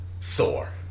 Thor